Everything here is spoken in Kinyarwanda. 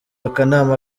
akanama